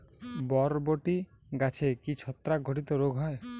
বরবটি গাছে কি ছত্রাক ঘটিত রোগ হয়?